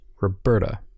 Roberta